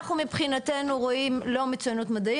אנחנו מבחינתנו רואים לא מצוינות מדעית,